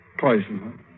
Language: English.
Poison